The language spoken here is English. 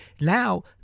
Now